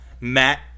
Matt